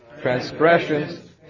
transgressions